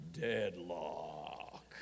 deadlock